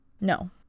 No